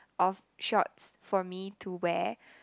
of shorts for me to wear